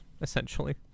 essentially